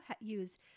use